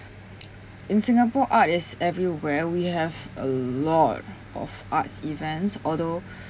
in singapore art is everywhere we have a lot of arts events although